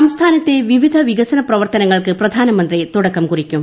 സംസ്ഥാനത്തെ വിവിധ വികസന പ്രവർത്തനങ്ങൾക്ക് പ്രധാനമന്ത്രി തുടക്കം കുറിക്കും